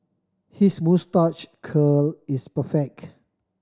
his moustache curl is perfect